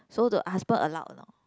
so the husband allow or not